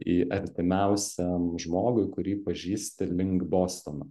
į artimiausiam žmogui kurį pažįsti link bostono